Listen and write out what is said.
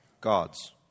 God's